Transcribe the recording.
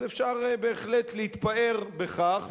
אז אפשר בהחלט להתפאר בכך.